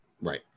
Right